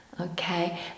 Okay